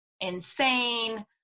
insane